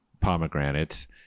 pomegranates